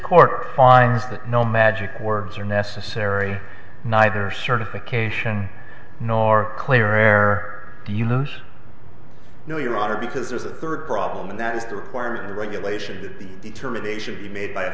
court finds that no magic words are necessary neither certification nor claire no you are because there's a third problem and that is the requirement the regulation that the determination be made by a